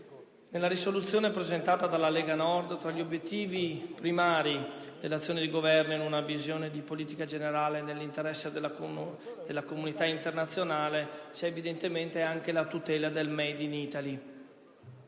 di risoluzione presentata dalla Lega Nord, tra gli obiettivi primari dell'azione di Governo, in una visione di politica generale nell'interesse della comunità internazionale, c'è anche la tutela del *made in Italy*.